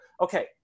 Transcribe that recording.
Okay